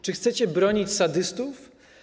Czy chcecie bronić sadystów?